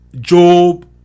Job